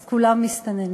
אז כולם מסתננים.